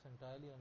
entirely